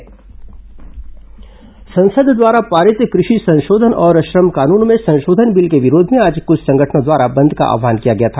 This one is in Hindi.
कृषि संशोधन बिल प्रदर्शन संसद द्वारा पारित कृषि संशोधन और श्रम कानूनों में संशोधन बिल के विरोध में आज कृछ संगठनों द्वारा बंद का आव्हान किया गया था